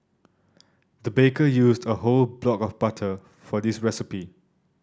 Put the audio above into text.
the baker used a whole block of butter for this recipe